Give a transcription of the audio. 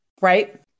Right